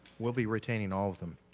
we'll be retaining all of them.